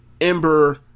Ember